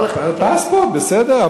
כל אחד, זה פספורט, בסדר.